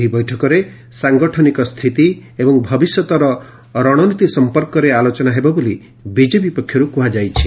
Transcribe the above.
ଏହି ବୈଠକରେ ସାଙ୍ଗଠନିକ ସ୍ତିତି ଏବଂ ଭବିଷ୍ୟତର ରଣନୀତି ସମ୍ପର୍କରେ ଆଲୋଚନା ହେବ ବୋଲି ବି ପକ୍ଷରୁ କୁହାଯାଇଛି